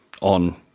on